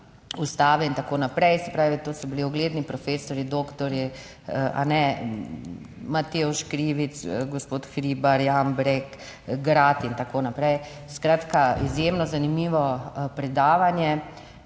ustave in tako naprej, se pravi, to so bili ugledni profesorji, doktorji, Matevž Krivic, gospod Hribar Jambrek, Grad, in tako naprej. Skratka, izjemno zanimivo predavanje,